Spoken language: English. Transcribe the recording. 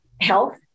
health